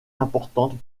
importantes